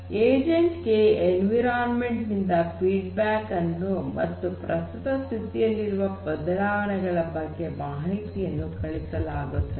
agent ಗೆ environment ನಿಂದ feedback ಅನ್ನು ಮತ್ತು ಪ್ರಸ್ತುತ ಸ್ಥಿತಿಯಲ್ಲಿನ ಬದಲಾವಣೆಗಳ ಬಗ್ಗೆ ಮಾಹಿತಿಯನ್ನು ಕಳುಹಿಸಲಾಗುತ್ತದೆ